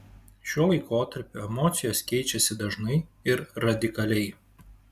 šiuo laikotarpiu emocijos keičiasi dažnai ir radikaliai